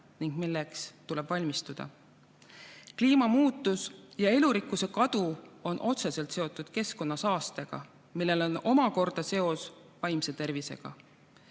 ning milleks tuleb valmistuda. Kliimamuutus ja elurikkuse kadu on otseselt seotud keskkonnasaastega, millel on omakorda seos vaimse tervisega.